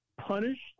punished